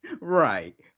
Right